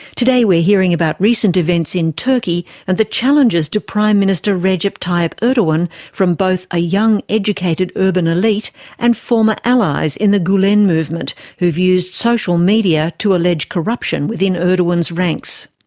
today we're hearing about recent events in turkey and the challenges to prime minister recep tayyip erdogan from both a young educated urban elite and former allies in the gulen movement who have used social media to allege corruption within erdogan's ranks.